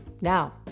Now